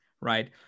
right